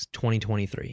2023